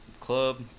club